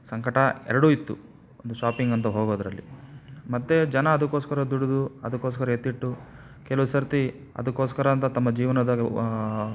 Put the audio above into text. ಸಂಕಟ ಎರಡೂ ಇತ್ತು ಒಂದು ಶಾಪಿಂಗ್ ಅಂತ ಹೋಗೋದರಲ್ಲಿ ಮತ್ತೆ ಜನ ಅದಕ್ಕೋಸ್ಕರ ದುಡಿದು ಅದಕ್ಕೋಸ್ಕರ ಎತ್ತಿಟ್ಟು ಕೆಲವು ಸರತಿ ಅದಕ್ಕೋಸ್ಕರ ಅಂತ ತಮ್ಮ ಜೀವನದಾಗೆ